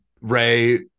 Ray